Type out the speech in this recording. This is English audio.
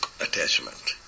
Attachment